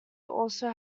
also